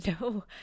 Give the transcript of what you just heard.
no